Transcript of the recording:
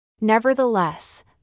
Nevertheless